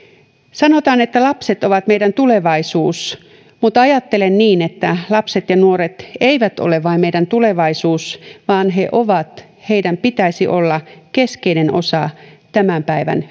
sanotaan että lapset ovat meidän tulevaisuus mutta ajattelen niin että lapset ja nuoret eivät ole vain meidän tulevaisuus vaan he ovat tai heidän pitäisi olla keskeinen osa tämän päivän